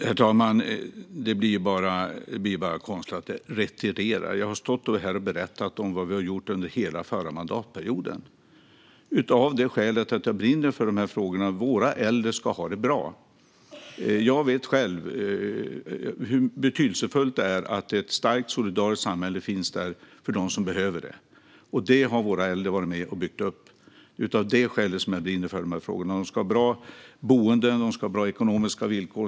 Herr talman! Det här blir bara konstlat. "Retirera", säger Jimmie Åkesson, trots att jag stått här och berättat vad vi har gjort under hela den förra mandatperioden. Skälet till det är att jag brinner för dessa frågor. Våra äldre ska ha det bra. Jag vet själv hur betydelsefullt det är att det finns ett starkt och solidariskt samhälle för dem som behöver det. Det har våra äldre varit med och byggt upp. Det är därför jag brinner för dessa frågor. De äldre ska ha bra boenden och bra ekonomiska villkor.